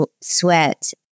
sweat